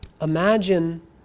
imagine